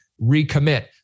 recommit